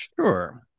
Sure